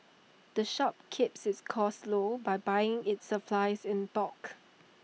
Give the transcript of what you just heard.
the shop keeps its costs low by buying its supplies in bulk